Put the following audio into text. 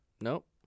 Nope